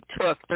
took